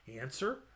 Answer